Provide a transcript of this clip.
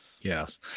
Yes